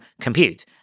compute